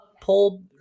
pull